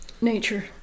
nature